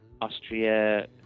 Austria